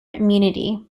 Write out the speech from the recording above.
immunity